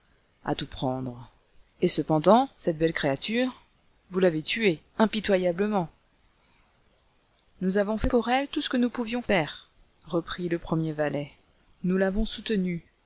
à tout prendre et cependant cette belle créature vous l'avez tuée impitoyablement nous avons fait pour elle tout ce que nous pouvions faire reprit le premier valet nous l'avons soutenue